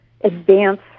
advance